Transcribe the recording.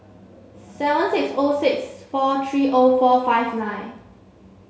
seven six O six four three O four five nine